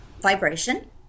vibration